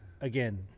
again